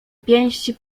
pięści